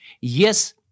Yes